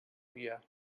via